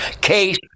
Case